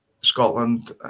Scotland